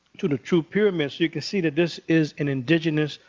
to the true pyramid. so you can see that this is an indigenous,